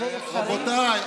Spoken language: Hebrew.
זה אפשרי?